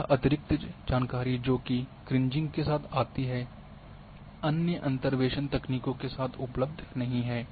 यह अतिरिक्त जानकारी जो कि क्रिंजिंग के साथ आती है अन्य अंतर्वेसन तकनीकों के साथ उपलब्ध नहीं है